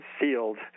sealed